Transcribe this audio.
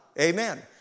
Amen